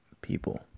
people